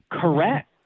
Correct